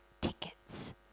tickets